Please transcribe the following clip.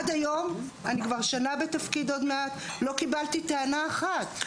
אני כבר כשנה בתפקיד, עד היום לא קיבלתי טענה אחת.